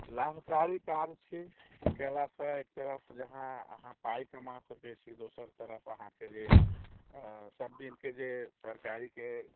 लाभकारी कार्य छी ई केलासँ एक तरफ जे अहाँ पाइ कमा सकै छी दोसर तरफ अहाँके जे सभ दिनके जे तरकारीके